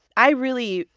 i really,